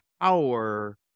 power